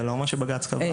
זה לא מה שבג"ץ קבע.